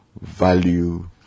value